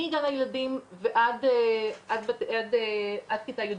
קבוצת היעד שלנו היא ילדים בכיתה ח',